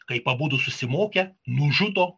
kaip abudu susimokę nužudo